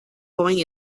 going